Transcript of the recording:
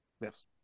Yes